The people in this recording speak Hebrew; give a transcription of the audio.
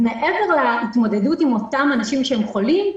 מעבר להתמודדות עם האנשים החולים,